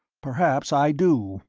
perhaps i do,